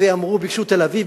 וביקשו תל-אביב,